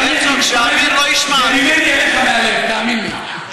זה ממני אליך, מהלב, תאמין לי.